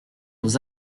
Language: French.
aux